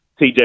TJ